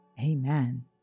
Amen